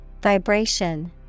Vibration